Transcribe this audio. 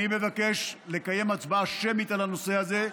אני מבקש לקיים הצבעה שמית על הנושא הזה.